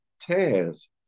tears